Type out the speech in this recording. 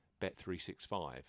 Bet365